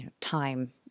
Time